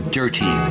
dirty